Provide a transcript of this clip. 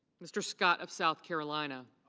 mr. scott of south carolina.